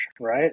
right